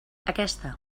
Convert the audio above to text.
aquesta